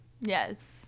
yes